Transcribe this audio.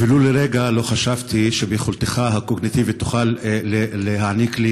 ולו לרגע לא חשבתי שביכולתך הקוגניטיבית תוכל להעניק לי